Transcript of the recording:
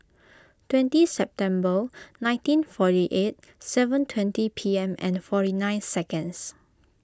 twenty September nineteen forty eight seven twenty P M and forty nine seconds